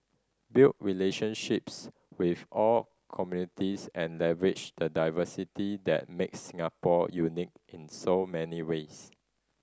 build relationships with all communities and leverage the diversity that makes Singapore unique in so many ways